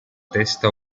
testa